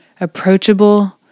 approachable